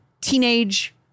teenage